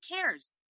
cares